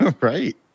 right